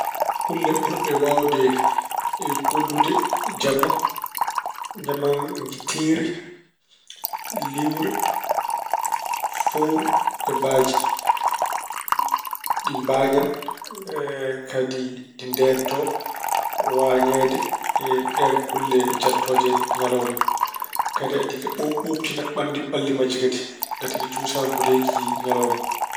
Kulle burɗe waawde gollude jamma, ñaamanngitiri, liiwre, fowru e baaji. Ɗi mbaañan kadi ɗi ndeento waañeede e ɗeen kulle jaltooje ñalawma. Kadi aɗi ɓuuɓ- ɓuuɓtina ɓannd- balli majji kadi ngati ɗi cuusaa nguleeki ñalawma.